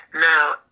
Now